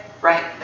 right